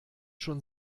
schon